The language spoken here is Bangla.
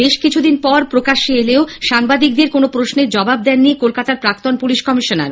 বেশকিছু দিন পর প্রকাশ্যে এলেও সাংবাদিকদের কোন প্রশ্নের জবাব দেননি কলকাতার প্রাক্তন পুলিশ কমিশনার